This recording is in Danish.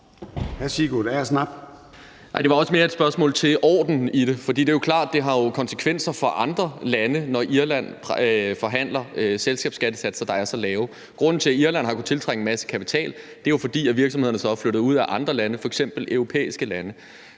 Det var også mere et spørgsmål til ordenen i det, for det er jo klart, at det har konsekvenser for andre lande, når Irland forhandler selskabsskattesatser, der er så lave. Grunden til, at Irland har kunnet tiltrække en masse kapital, er jo, at virksomhederne så er flyttet ud af andre lande, f.eks. europæiske lande.